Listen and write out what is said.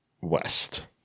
west